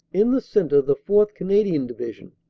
in the centre, the fourth. canadian division,